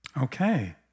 Okay